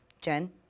jen